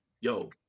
Yo